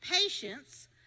patience